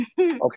okay